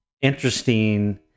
interesting